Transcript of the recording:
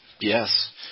Yes